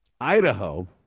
Idaho